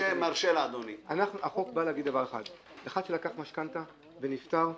- החוק בא להגיד דבר אחד: אחד שלקח משכנתה ונפטר,